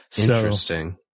Interesting